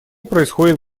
происходят